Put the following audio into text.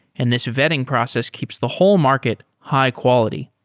and this vetting process keeps the whole market high-quality.